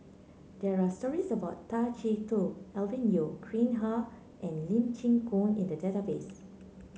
there are stories about Tay Chee Toh Alvin Yeo Khirn Hai and Lee Chin Koon in the database